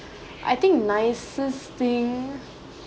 I think nicest thing